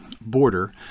border